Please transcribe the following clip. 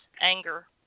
anger